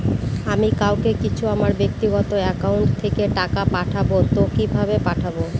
আমি কাউকে কিছু আমার ব্যাক্তিগত একাউন্ট থেকে টাকা পাঠাবো তো কিভাবে পাঠাবো?